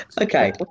Okay